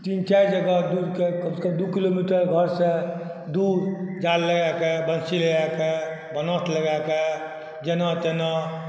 तीन चारि जगह दू किलोमीटर घर सँ दूर जाल लगा कऽ बंशी लगा कऽ बनाथ लगाय कऽ जेना तेना